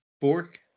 Fork